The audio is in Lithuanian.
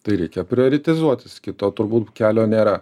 tai reikia prioritizuotis kito turbūt kelio nėra